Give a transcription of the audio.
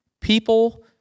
people